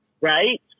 Right